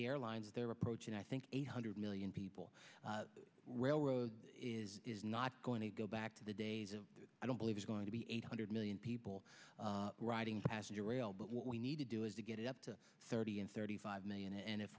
the airlines they're approaching i think eight hundred million people well road is not going to go back to the days of i don't believe it's going to be eight hundred million people riding passenger rail but what we need to do is to get it up to thirty and thirty five million and if